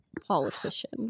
politician